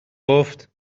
گفت